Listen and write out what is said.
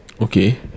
Okay